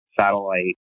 satellite